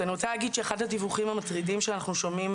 אני רוצה להגיד שאחד הדיווחים המטרידים שאנחנו שומעים